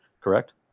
Correct